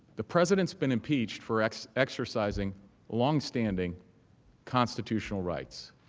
the president's been impeached for ex exercising longstanding constitutional rights